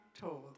told